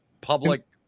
public